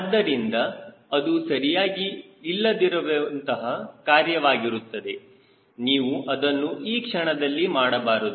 ಆದ್ದರಿಂದ ಅದು ಸರಿಯಾಗಿ ಇಲ್ಲದಿರುವಂತಹ ಕಾರ್ಯವಾಗಿರುತ್ತದೆ ನೀವು ಅದನ್ನು ಈ ಕ್ಷಣದಲ್ಲಿ ಮಾಡಬಾರದು